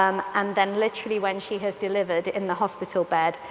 um and then literally, when she has delivered in the hospital bed,